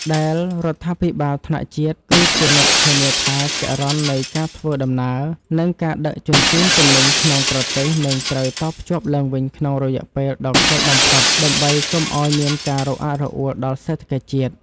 ដែលរដ្ឋាភិបាលថ្នាក់ជាតិគឺជាអ្នកធានាថាចរន្តនៃការធ្វើដំណើរ និងការដឹកជញ្ជូនទំនិញក្នុងប្រទេសនឹងត្រូវតភ្ជាប់ឡើងវិញក្នុងរយៈពេលដ៏ខ្លីបំផុត ដើម្បីកុំឱ្យមានការរអាក់រអួលដល់សេដ្ឋកិច្ចជាតិ។